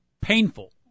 painful